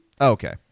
Okay